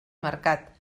mercat